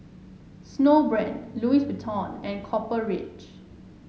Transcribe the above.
Snowbrand Louis Vuitton and Copper Ridge